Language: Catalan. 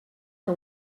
que